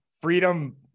freedom